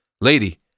Lady